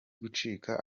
gucika